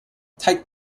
tight